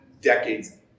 decades